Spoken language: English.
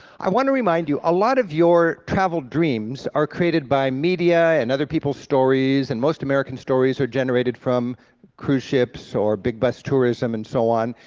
i want to remind you, a lot of your travel dreams are created by media and other people's stories, and most american stories are generated from cruise ships, or big bus tourism, and so on,